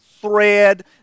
thread